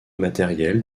matériel